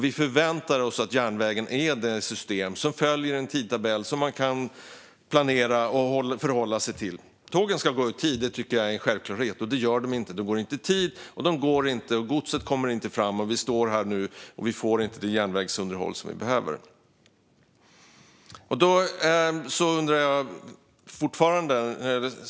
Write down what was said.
Vi förväntar oss att järnvägen är det system som följer en tidtabell som man kan planera och förhålla sig till. Tågen ska gå i tid. Det tycker jag är en självklarhet. Det gör de inte. De går inte i tid, och godset kommer inte fram. Och nu står vi här och får inte det järnvägsunderhåll som vi behöver.